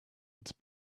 its